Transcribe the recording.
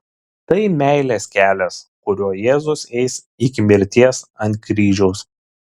tai meilės kelias kuriuo jėzus eis iki mirties ant kryžiaus